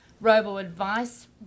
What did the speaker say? robo-advice